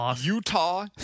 Utah